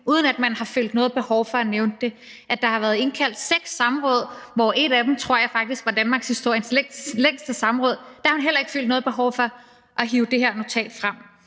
uden at man har følt noget behov for at nævne det, og at der har været indkaldt seks samråd, hvor et af dem var danmarkshistoriens længste, tror jeg faktisk, hvor man heller ikke har følt noget behov for at hive det her notat frem.